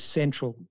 central